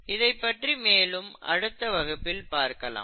இதைப்பற்றி மேலும் அடுத்த வகுப்பில் பார்க்கலாம்